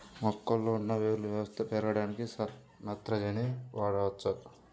మొక్కలో ఉన్న వేరు వ్యవస్థ పెరగడానికి నత్రజని వాడవచ్చా?